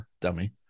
dummy